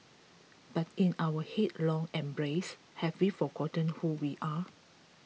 but in our headlong embrace have we forgotten who we are